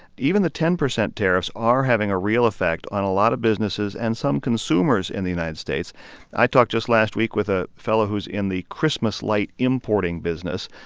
even the ten percent tariffs are having a real effect on a lot of businesses and some consumers in the united states i talked just last week with a fellow who's in the christmas light importing business.